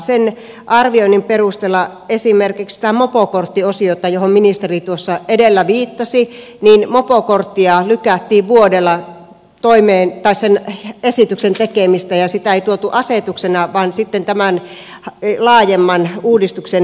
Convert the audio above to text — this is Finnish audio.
sen arvioinnin perusteella esimerkiksi mopokorttia koskevan esityksen tekemistä johon ministeri tuossa edellä viittasi lykättiin vuodella ja sitä ei tuotu asetuksena vaan tämän laajemman uudistuksen osana